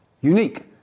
Unique